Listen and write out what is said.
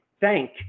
thank